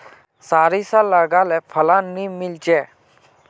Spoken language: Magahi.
सारिसा लगाले फलान नि मीलचे?